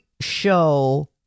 show